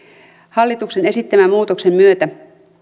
hallituksen esittämän muutoksen myötä